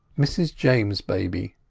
mrs james's baby,